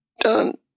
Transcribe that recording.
Done